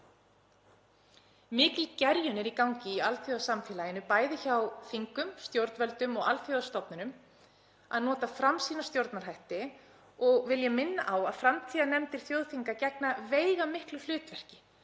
Mikil gerjun er í gangi í alþjóðasamfélaginu, bæði hjá þingum, stjórnvöldum og alþjóðastofnunum, að nota framsýna stjórnarhætti og vil ég minna á að framtíðarnefndir þjóðþinga gegna veigamiklu hlutverki